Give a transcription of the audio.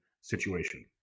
situation